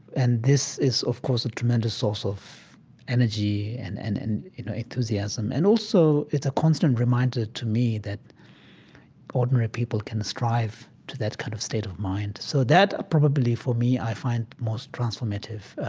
and this is, of course, a tremendous source of energy and and and you know enthusiasm, and also it's a constant reminder to me that ordinary people can strive to that kind of state of mind so that probably for me i find most transformative